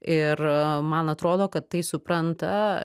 ir man atrodo kad tai supranta